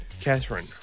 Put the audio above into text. Catherine